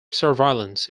surveillance